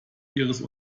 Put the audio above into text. ihres